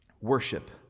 worship